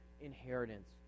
inheritance